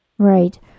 Right